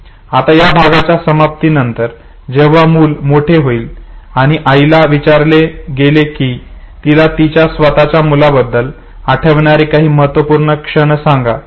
आता या भागाच्या समाप्तीनंतर जेव्हा मूल मोठे झाले आणि आईला विचारले गेले की तिला तिच्या स्वतःच्या मुलाबद्दल आठवणारे काही महत्त्वपूर्ण क्षण सांगा